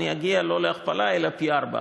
אגיע לא להכפלה אלא לפי-ארבעה,